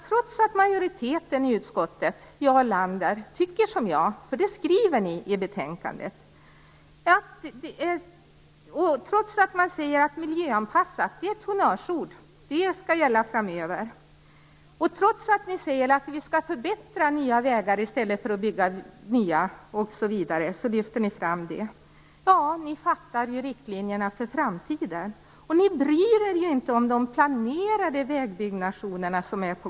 Trots att majoriteten i utskottet, tycker som jag - för det skriver man i betänkandet - och trots att man säger att miljöanpassat är ett honnörsord som skall gälla framöver och trots att man säger att vi skall förbättra vägar i stället för att bygga nya lyfter man fram detta. Ni fattar riktlinjerna för framtiden. Ni bryr er inte om de planerade vägbyggnationerna.